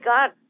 God